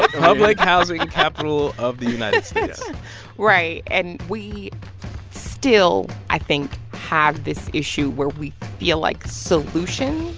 ah public housing capital of the united states right. and we still, i think, have this issue where we feel like solutions